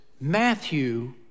Matthew